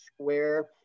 square